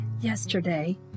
Yesterday